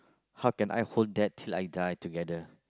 how can I hold that like die together